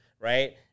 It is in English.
right